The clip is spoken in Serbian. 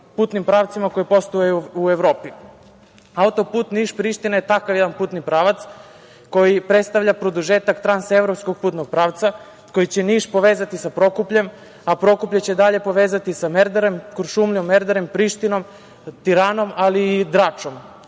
putnim pravcima koji postoje u Evropi. Autoput Niš-Priština je takav jedan putni pravac koji predstavlja produžetak transevropskog putnog pravca koji će Niš povezati sa Prokupljem, a Prokuplje će dalje povezati sa Kuršumlijom, Merdarem, Prištinom, Tiranom, ali i Dračom.